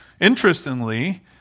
Interestingly